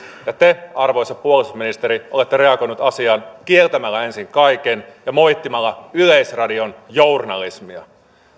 te arvoisa puolustusministeri olette reagoinut asiaan kieltämällä ensin kaiken ja moittimalla yleisradion journalismia